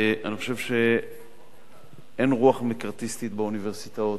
אני חושב שאין רוח מקארתיסטית באוניברסיטאות.